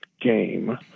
game